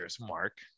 Mark